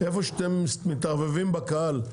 איפה שאתם מתערבבים בקהל,